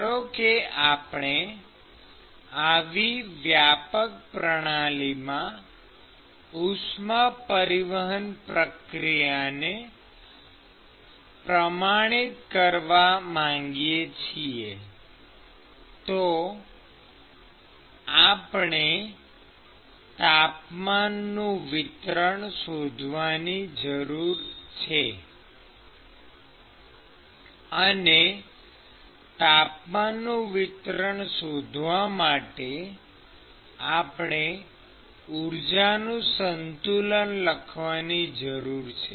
ધારો કે આપણે આવી વ્યાપક પ્રણાલીમાં ઉષ્મા પરિવહન પ્રક્રિયાને પ્રમાણિત કરવા માંગીએ છીએ તો આપણે તાપમાનનું વિતરણ શોધવાની જરૂર છે અને તાપમાનનું વિતરણ શોધવા માટે આપણે ઊર્જા સંતુલન લખવાની જરૂર છે